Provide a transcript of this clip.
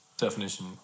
Definition